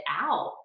out